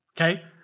okay